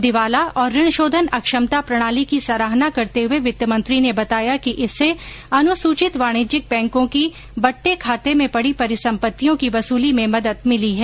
दिवाला और ऋणशोधन अक्षमता प्रणाली की सराहना करते हुए वित्तमंत्री ने बताया कि इससे अनुसूचित वाणिज्यिक बैंकों की बट्टे खाते में पड़ी परिसंपत्तियों की वसूली मेँ मदद भिली है